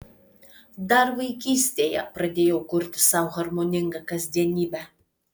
dar vaikystėje pradėjau kurti sau harmoningą kasdienybę